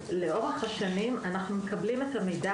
אז לאורך השנים אנחנו מקבלים את המידע